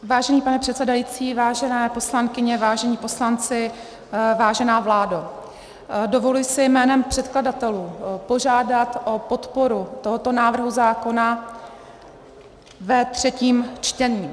Vážený pane předsedající, vážené poslankyně, vážení poslanci, vážená vládo, dovoluji si jménem předkladatelů požádat o podporu tohoto návrhu zákona ve třetím čtení.